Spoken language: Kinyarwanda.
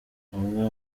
umwe